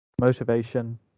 motivation